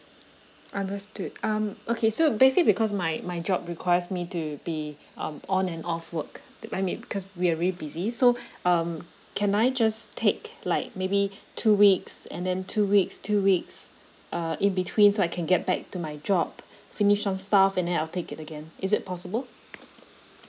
understood um okay so basic because my my job requires me to be um on and off work I may because we are really busy so um can I just take like maybe two weeks and then two weeks two weeks uh in between so I can get back to my job finish on stuff and I'll take it again is that possible